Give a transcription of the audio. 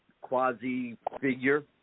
quasi-figure